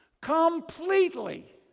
Completely